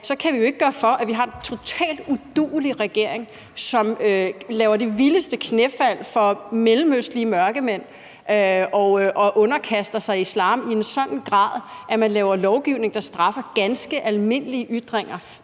Vi kan ikke gøre for, at vi har en totalt uduelig regering, som laver de vildeste knæfald for mellemøstlige mørkemænd og underkaster sig islam i en sådan grad, at man laver lovgivning, der straffer ganske almindelige ytringer,